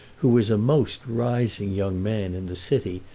who was a most rising young man in the city,